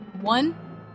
One